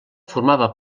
formava